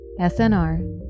SNR